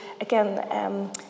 again